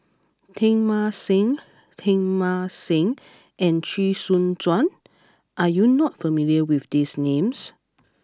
Teng Mah Seng Teng Mah Seng and Chee Soon Juan are you not familiar with these names